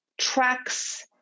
tracks